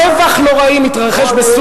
טבח נוראי מתרחש, תשנה אותם?